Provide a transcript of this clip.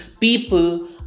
people